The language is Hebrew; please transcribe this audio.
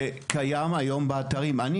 שקיים היום באתרים, ואחזור על זה כל הזמן.